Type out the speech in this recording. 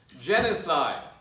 Genocide